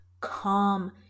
calm